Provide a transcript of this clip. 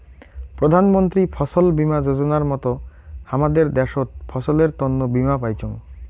প্রধান মন্ত্রী ফছল বীমা যোজনার মত হামাদের দ্যাশোত ফসলের তন্ন বীমা পাইচুঙ